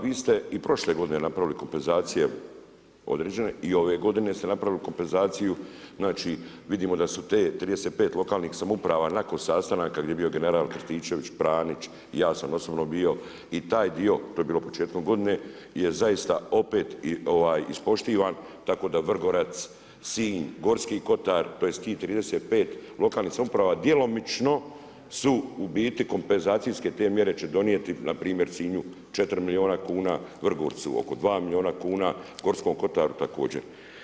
Vi ste i prošle godine napravili kompenzacije određene i ove godine ste napravili kompenzaciju, znači vidimo da su te 35 lokalnih samouprava, nakon sastanaka gdje je bio general Krstičević, Pranić i ja sam osobno bio i taj dio, to je bilo početkom godine je zaista opet ispoštovana tako da Vrgorac, Sinj, Gorski Kotar, tj. tih 35 lokalnih samouprava, djelomično su u biti te kompenzacijske te mjere će donijeti, npr. Sinju 4 milijuna kn, Vrgorcu oko 2 milijuna kn, Gorskom Kotaru također.